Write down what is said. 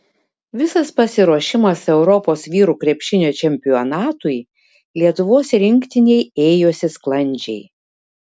visas pasiruošimas europos vyrų krepšinio čempionatui lietuvos rinktinei ėjosi sklandžiai